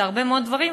להרבה מאוד דברים,